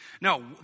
No